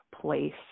place